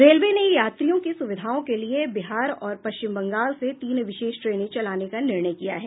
railway ने यात्रियों की सुविधाओं के लिए बिहार और पश्चिम बंगाल से तीन विशेष ट्रेने चलाने का निर्णय किया है